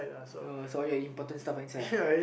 uh sorry uh important stuff inside uh